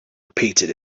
repeated